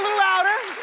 louder!